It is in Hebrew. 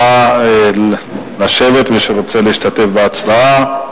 נא לשבת, מי שרוצה להשתתף בהצבעה.